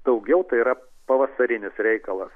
daugiau tai yra pavasarinis reikalas